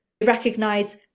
recognize